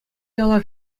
яла